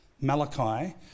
Malachi